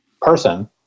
person